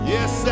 Yes